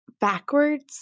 backwards